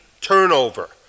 turnover